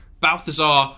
Balthazar